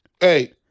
Hey